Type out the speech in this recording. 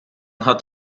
hat